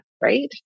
right